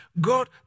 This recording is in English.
God